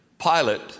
Pilate